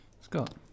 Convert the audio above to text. Scott